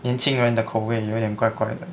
年轻人的口味有点怪怪的